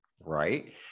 right